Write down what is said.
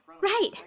Right